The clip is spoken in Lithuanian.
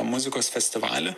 muzikos festivalį